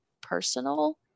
personal